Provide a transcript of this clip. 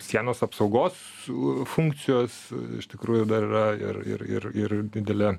sienos apsaugos funkcijos iš tikrųjų dar yra ir ir ir ir didelė